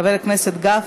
גיל